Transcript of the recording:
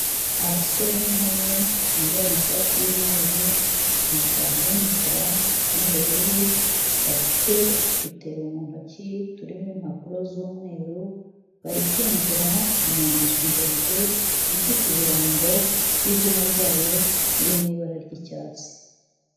Abasore n'inkumi bambaye amashati y'imyeru, amapantaro y'imikara n'ubururu, bafite udutebo muntoki turimo impapuro z'umweru, bari kwinjira mu nzu ndende ifite ibirango by'izina ryayo, iri mu ibara ry'icyatsi.